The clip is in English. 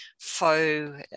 foe